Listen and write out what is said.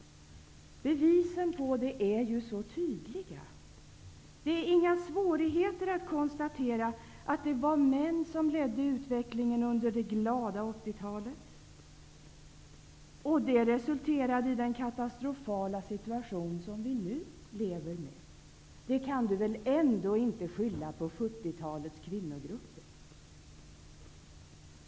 Bevisen på det är ju så tydliga. Det är inga svårigheter att konstatera att det var män som ledde utvecklingen under det glada 80 talet. Det resulterade i den katastrofala situation som vi nu lever i. Det kan väl Ulf Kristersson inte skylla på 70-talets kvinnogrupper!